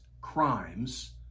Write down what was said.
crimes